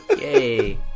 Yay